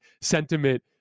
sentiment